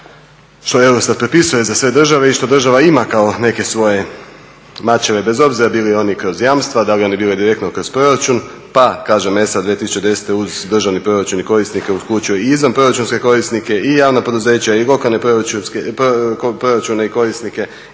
što eurostat prepisuje za sve države i što država ima kao neke svoje mačeve bez obzira bili oni kroz jamstva, da li oni bili direktno kroz proračun pa, kažem, ESA 2010 uz državni proračun i korisnike uključuje i izvan proračunske korisnike i javna poduzeća i lokalne proračune i korisnike